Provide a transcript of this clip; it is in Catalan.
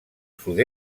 sud